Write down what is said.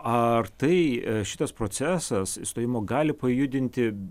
ar tai šitas procesas išstojimo gali pajudinti